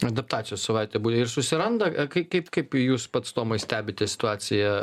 adaptacijos savaitė bu ir susiranda kai kaip kaip jūs pats tomai stebite situaciją